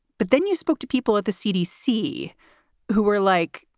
but then you spoke to people at the cdc who were like,